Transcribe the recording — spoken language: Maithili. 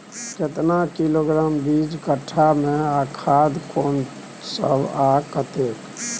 केतना किलोग्राम बीज कट्ठा मे आ खाद कोन सब आ कतेक?